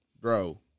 bro